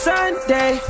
Sunday